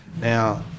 Now